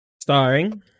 Starring